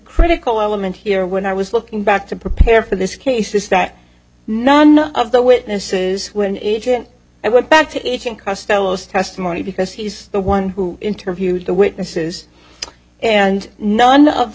critical element here when i was looking back to prepare for this case is that none of the witnesses when i went back to costello's testimony because he's the one who interviewed the witnesses and none of the